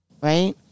right